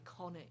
iconic